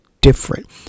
different